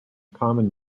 common